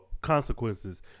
consequences